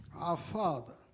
our father